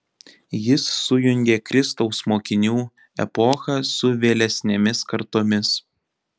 jis sujungė kristaus mokinių epochą su vėlesnėmis kartomis